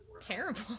terrible